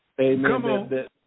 amen